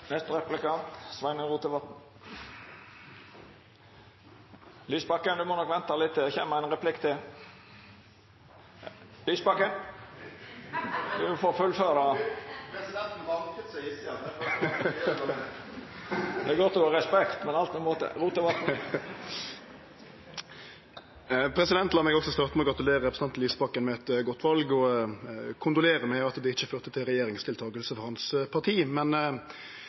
Lysbakken må venta litt, det kjem ein replikk til. Presidenten banket så hissig at jeg følte at det var på tide å gå ned! Det er godt representanten har respekt, men alt med måte! Lat meg også starte med å gratulere representanten Lysbakken med eit godt val og kondolere med at det ikkje førte til regjeringsdeltaking for hans parti. Men